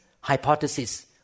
hypothesis